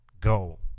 go